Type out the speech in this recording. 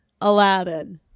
Aladdin